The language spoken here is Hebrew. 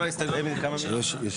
כן.